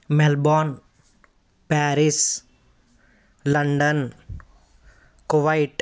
Melbourne Paris London Kuwait